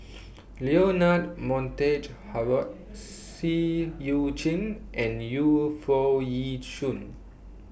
Leonard Montague Harrod Seah EU Chin and Yu Foo Yee Shoon